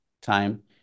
time